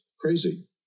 crazy